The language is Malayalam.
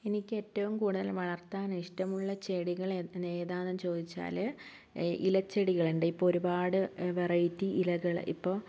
എനിക്ക് ഏറ്റവും കൂടുതല് വളർത്താൻ ഇഷ്ടമുള്ള ചെടികള് ഏതാണെന്ന് ചോദിച്ചാല് ഇലച്ചെടികളുണ്ട് ഇപ്പം ഒരുപാട് വെറൈറ്റി ഇലകള് ഇപ്പോൾ